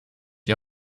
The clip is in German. die